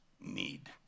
Need